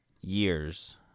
years